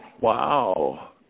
Wow